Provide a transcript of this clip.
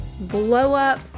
blow-up